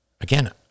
Again